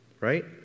right